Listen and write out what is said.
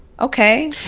Okay